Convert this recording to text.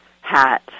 hat